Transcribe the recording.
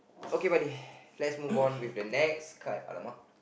okay buddy let's move on with the next card !alamak!